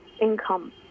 income